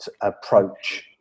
approach